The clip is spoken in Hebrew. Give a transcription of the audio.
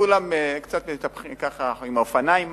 כולם קצת מתהפכים עם האופניים,